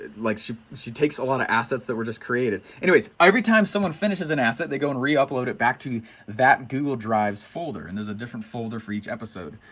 like she she takes a lot of assets that were just created. anyways, every time someone finishes an asset they go and reupload it back to that google drives folder and there's a different folder for each episode,